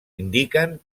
indiquen